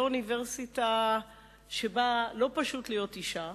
באוניברסיטה שבה לא פשוט להיות אשה,